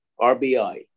RBI